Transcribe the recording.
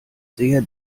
sehr